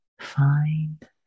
find